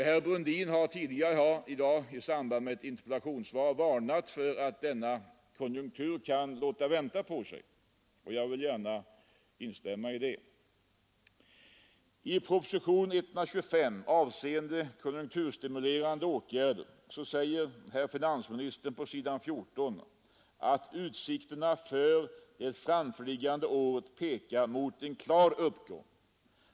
Herr Brundin har tidigare i dag i samband med ett interpellationssvar varnat för att denna högkonjunktur kan låta vänta på sig, och jag vill gärna instämma i det. I proposition 125 avseende konjunkturstimulerande åtgärder säger finansminister Sträng på s. 14, att utsikterna för det framförliggande året pekar mot en klar uppgång.